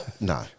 No